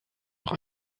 noch